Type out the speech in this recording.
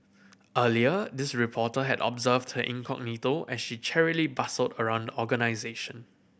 earlier this reporter had observed her incognito as she cheerily bustled around organisation